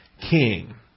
king